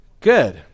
Good